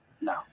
No